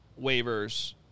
waivers